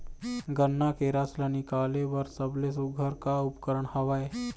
गन्ना के रस ला निकाले बर सबले सुघ्घर का उपकरण हवए?